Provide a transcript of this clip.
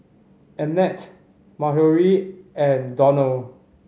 Annette Marjorie and Donald